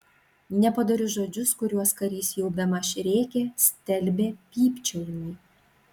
nepadorius žodžius kuriuos karys jau bemaž rėkė stelbė pypčiojimai